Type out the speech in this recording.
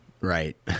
Right